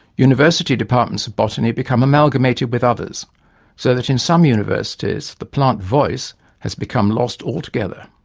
university departments of botany become amalgamated with others so that in some universities the plant voice has become lost altogether.